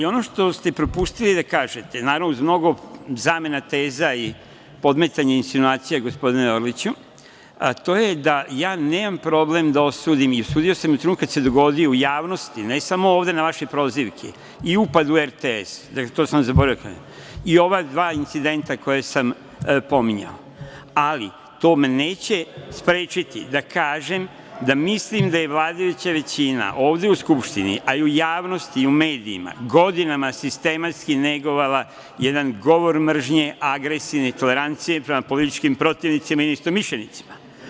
Ono što ste propustili da kažete, naravno, uz mnogo zamena teza i podmetanja, insinuacija, gospodine Orliću, a to je da ja nemam problem da osudim i osudio sam u trenutku kada se dogodilo u javnosti, ne samo ovde na vaše prozivke, i upad u RTS, jer to sam zaboravio, i ova dva incidenta koja sam pominjao, ali to me neće sprečiti da kažem da mislim da je vladajuća većina ovde u Skupštini i u javnosti i u medijima godinama sistematski negovala jedan govor mržnje, agresije, netolerancije prema političkih protivnicima i neistomišljenicima.